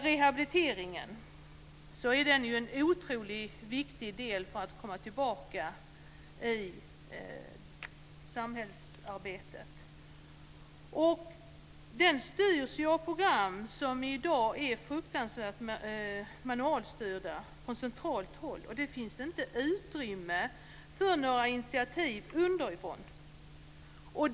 Rehabiliteringen är otroligt viktig för att kunna komma tillbaka i samhället. Rehabiliteringen styrs av program som i dag är fruktansvärt manualstyrda från centralt håll. Det finns inget utrymme för initiativ underifrån.